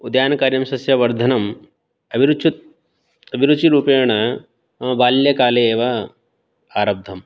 उद्यानकार्यं सस्यवर्धनम् अभिरुचि अभिरुचिरूपेण मम बाल्यकाले एव आरब्धम्